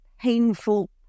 painful